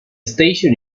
station